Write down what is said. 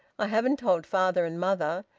i haven't told father and mother.